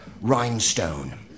Rhinestone